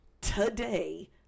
today